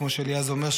כמו שאליעז אומר,